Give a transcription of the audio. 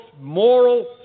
moral